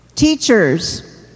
teachers